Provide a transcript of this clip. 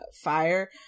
fire